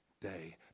day